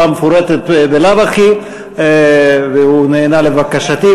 המפורטת בלאו הכי והוא נענה לבקשתי,